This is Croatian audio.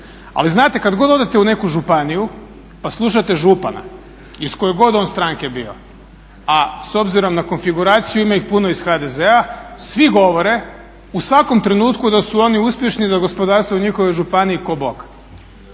Ali znate kad god odete u neku županiju, pa slušate župana i iz koje god on stranke bio, a s obzirom na konfiguraciju ima ih puno iz HDZ-a svi govore u svakom trenutku da su oni uspješni, da je gospodarstvo u njihovoj županiji ko bog.